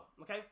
okay